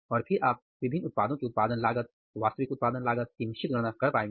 और फिर आप विभिन्न उत्पादों की उत्पादन लागत वास्तविक उत्पादन लागत की निश्चित गणना कर पाएंगे